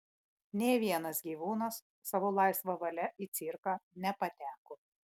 nė vienas gyvūnas savo laisva valia į cirką nepateko